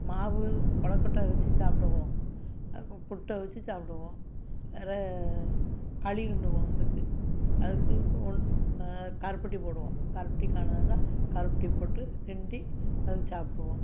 மாவு கொழக்கட்ட அவிச்சு சாப்பிடுவோம் புட்டு அவிச்சு சாப்பிடுவோம் வேறு களி கிண்டுவோம் இதுக்கு அதுக்கு இப்போ ஒன் கருப்பட்டி போடுவோம் கருப்பட்டி கருப்பட்டி போட்டு கிண்டி அது சாப்பிடுவோம்